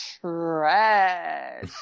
trash